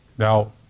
Now